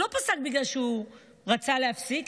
הוא לא פסק בגלל שהוא רצה להפסיק,